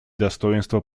достоинство